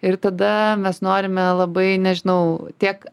ir tada mes norime labai nežinau tiek